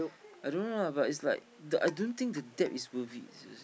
I don't know lah but is like I don't think the debt is worth it seriously